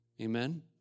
Amen